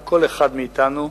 על כל אחד מאתנו,